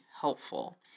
helpful